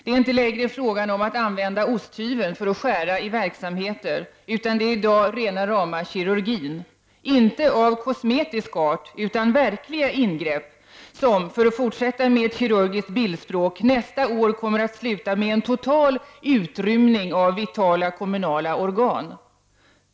Det är inte längre fråga om att använda osthyveln för att skära i verksamheter, utan det som pågår i dag är rena kirurgin — inte av kosmetisk art utan verkliga ingrepp som, för att fortsätta med ett kirurgiskt bildspråk, nästa år kommer att sluta med en total utrymning av vitala kommunala organ.